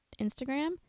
Instagram